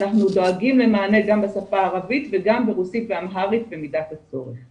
אנחנו דואגים למענה גם בשפה הערבית וגם ברוסית ואמהרית במידת הצורך.